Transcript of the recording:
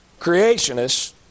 creationists